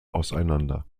auseinander